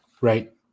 Right